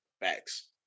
Facts